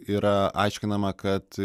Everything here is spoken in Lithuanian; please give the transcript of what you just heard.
yra aiškinama kad